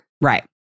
Right